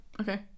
Okay